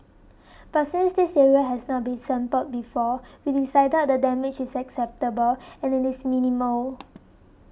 but since this area has not been sampled before we decided the damage is acceptable and it is minimal